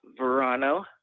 Verano